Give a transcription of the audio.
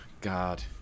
God